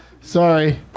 Sorry